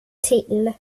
till